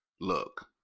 look